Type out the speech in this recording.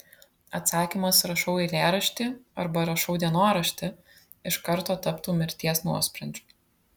atsakymas rašau eilėraštį arba rašau dienoraštį iš karto taptų mirties nuosprendžiu